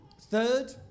Third